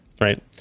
Right